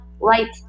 right